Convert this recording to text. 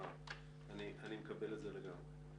אני לגמרי מקבל את זה.